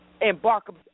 embark